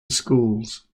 schools